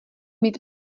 mít